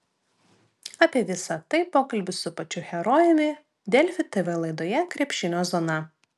apie visa tai pokalbis su pačiu herojumi delfi tv laidoje krepšinio zona